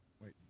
wait